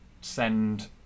send